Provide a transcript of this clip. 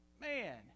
man